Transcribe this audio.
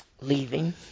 leaving